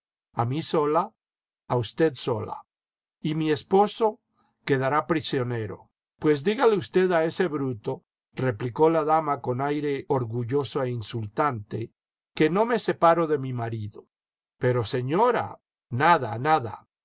a mí sola a usted sola íy mi esposo quedará prisionero pues dígale usted a ese bruto replicó la dama con aire orgulloso e insultante que no me separo de mi marido pero señora nada nada